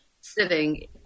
sitting